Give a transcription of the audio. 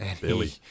Billy